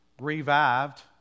revived